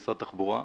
משרד התחבורה.